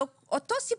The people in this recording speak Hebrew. זה אותו סיפור,